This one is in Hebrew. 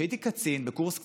כשאני הייתי קצין בקורס קצינים,